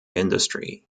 industry